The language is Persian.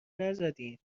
نزدیم